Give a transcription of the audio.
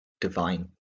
divine